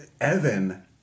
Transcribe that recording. Evan